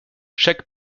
chaque